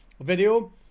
video